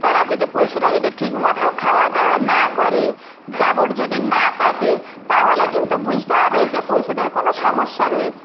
তারা যদি পশুরা যদি ঠিক মতো খাওয়া দাওয়া না করে জাবর যদি না কাটে তাহলে কিন্তু বুঝতে হবে যে পশুদের কোনো সমস্যা রয়েছে